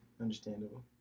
understandable